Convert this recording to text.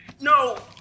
No